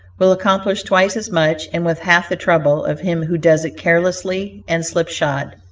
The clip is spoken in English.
will accomplish twice as much and with half the trouble of him who does it carelessly and slipshod.